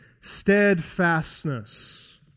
steadfastness